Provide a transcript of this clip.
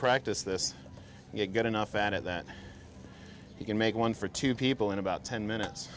practice this you get enough at it that you can make one for two people in about ten minutes